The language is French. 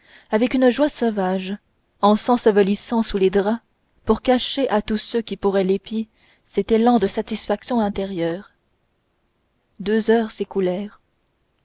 avec une joie sauvage en s'ensevelissant sous les draps pour cacher à tous ceux qui pourraient l'épier cet élan de satisfaction intérieure deux heures